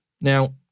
Now